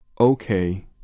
Okay